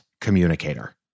communicator